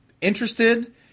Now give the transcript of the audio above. interested